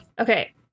Okay